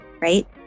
right